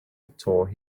tore